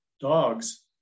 dogs